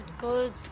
Good